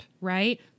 right